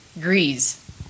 grease